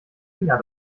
finger